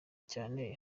cyane